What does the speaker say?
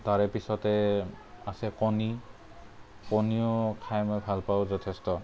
তাৰেপিছতে আছে কণী কণীও খাই মই ভালপাওঁ যথেষ্ট